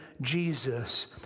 Jesus